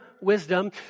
wisdom